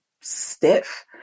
stiff